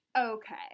okay